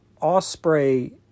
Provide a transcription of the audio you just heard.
Osprey